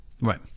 Right